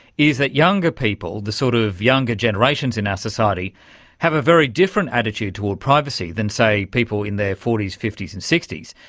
is that younger people, the sort of younger generations in our ah society have a very different attitude towards privacy than, say, people in their forty s, fifty s and sixty s.